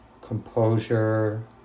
composure